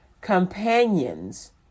companions